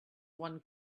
one